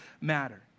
matter